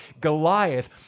Goliath